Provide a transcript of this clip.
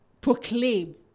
proclaim